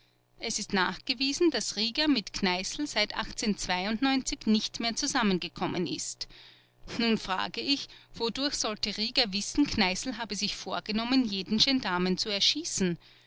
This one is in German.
es ist nachgewiesen daß rieger mit kneißl seit nicht mehr zusammengekommen ist nun frage ich wodurch sollte rieger wissen kneißl habe sich vorgenommen jeden gendarmen zu erschießen